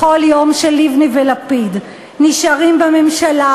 בכל יום שלבני ולפיד נשארים בממשלה,